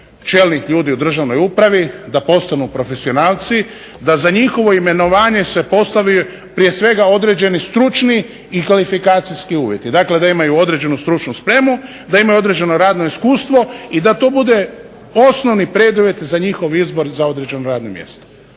čelnih ljudi u državnoj upravi, da postanu profesionalci, da za njihovo imenovanje se postavi prije svega određeni stručni i kvalifikacijski uvjeti. Dakle, da imaju određenu stručnu spremu, da imaju određeno radno iskustvo i da to bude osnovni preduvjet za njihov izbor za određeno radno mjesto.